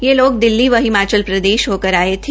ये लोग दिल्ली व हिमाचल प्रदेश होकर आये थे